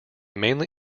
mainly